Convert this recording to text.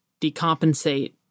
decompensate